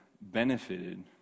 benefited